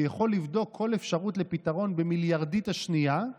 שיכול לבדוק כל אפשרות לפתרון במיליארדית השנייה,